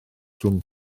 rhwng